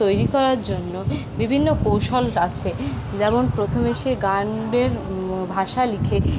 তৈরি করার জন্য বিভিন্ন কৌশল আছে যেমন প্রথমে সে গানের ভাষা লিখে